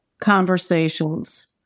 conversations